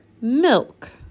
milk